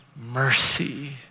mercy